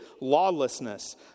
lawlessness